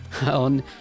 on